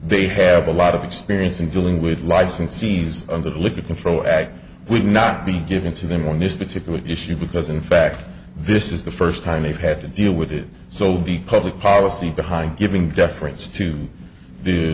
they have a lot of experience in dealing with licensees look at control add would not be given to them on this particular issue because in fact this is the first time they've had to deal with it so the public policy behind giving deference to